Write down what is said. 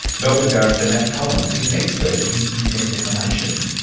melbourne barrister, matt collins is an expert in internet defamation.